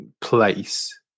place